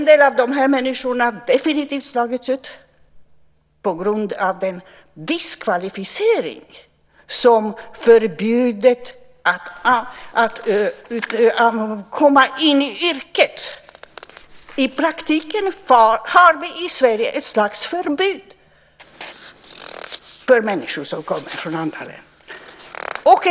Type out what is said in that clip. Då kan de här människorna definitivt ha slagits ut på grund av den diskriminering som innebär ett förbud att komma in i yrket. I praktiken har vi i Sverige ett slags förbud för människor som kommer från andra länder.